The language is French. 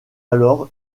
alors